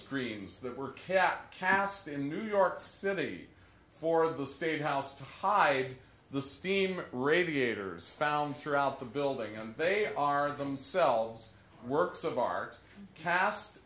screens that were kept cast in new york city for the state house to hide the steam radiators found throughout the building and they are themselves works of art cast